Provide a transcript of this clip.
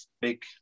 big